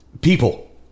people